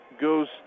goes